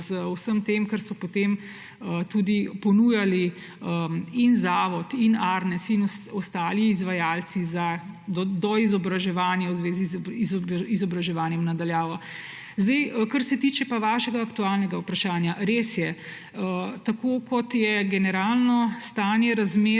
z vsem tem, kar so potem ponujali in Zavod in Arnes in ostali izvajalci za doizobraževanja v zvezi z izobraževanjem na daljavo. Kar se tiče pa vašega aktualnega vprašanja. Res je, tako kot je generalno stanje razmer